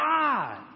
God